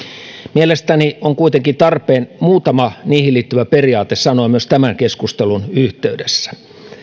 mielestäni on kuitenkin tarpeen muutama niihin liittyvä periaate sanoa myös tämän keskustelun yhteydessä